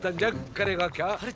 the locker?